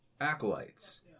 acolytes